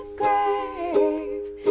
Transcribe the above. grave